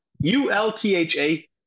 U-L-T-H-A